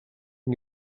can